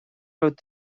raibh